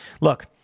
Look